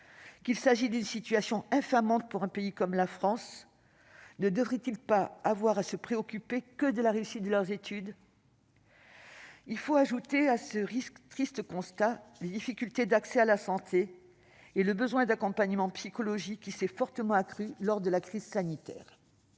qu'il s'agit d'une situation infamante pour un pays comme la France ? Les étudiants ne devraient-ils pas n'avoir à se préoccuper que de la réussite de leurs études ? Il faut ajouter à ce triste constat les difficultés d'accès à la santé et le besoin d'accompagnement psychologique, qui s'est fortement accru lors de la crise sanitaire.